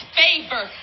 favor